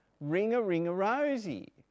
Ring-a-ring-a-rosy